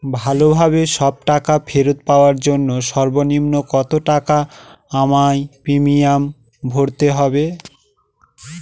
ভালোভাবে সব টাকা ফেরত পাওয়ার জন্য সর্বনিম্ন কতটাকা আমায় প্রিমিয়াম ভরতে হবে?